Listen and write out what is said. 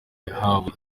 yahawe